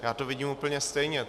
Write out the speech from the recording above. Já to vidím úplně stejně.